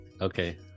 okay